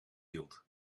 hield